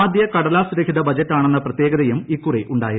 ആദ്യ കടലാസ് രഹിത ബജറ്റാണെന്ന പ്രത്യേകതയും ഇക്കുറിയുണ്ടായിരുന്നു